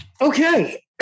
Okay